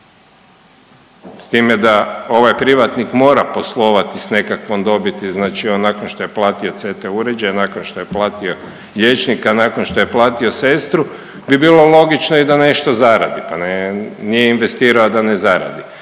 S time da ovaj privatnik mora poslovati s nekakvom dobiti, znači on nakon što je platio CT uređaje, nakon što je platio liječnika, nakon što je platio sestru bi bilo logično i da nešto zaradi, pa ne, nije investirao da ne zaradi